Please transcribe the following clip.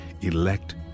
elect